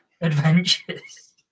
adventures